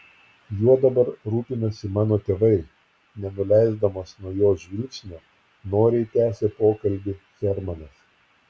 juo dabar rūpinasi mano tėvai nenuleisdamas nuo jos žvilgsnio noriai tęsė pokalbį hermanas